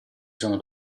sono